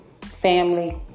family